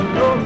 no